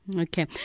Okay